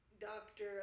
Doctor